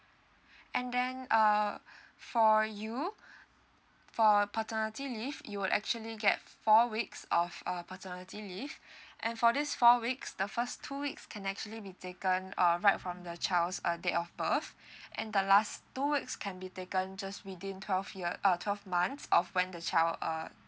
and then uh for you for paternity leave you would actually get four weeks of a paternity leave and for this four weeks the first two weeks can actually be taken uh right from the child's uh date of birth and the last two weeks can be taken just within twelve years uh twelve months of when the child uh